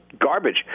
garbage